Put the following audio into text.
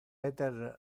peter